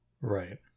right